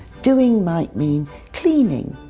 doing might mean cleaning,